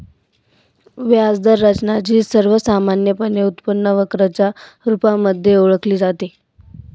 व्याज दर रचना, जी सर्वसामान्यपणे उत्पन्न वक्र च्या रुपामध्ये ओळखली जाते